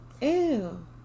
Ew